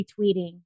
retweeting